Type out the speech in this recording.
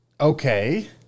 Okay